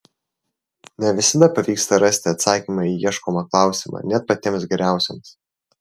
ne visada pavyksta rasti atsakymą į ieškomą klausimą net patiems geriausiems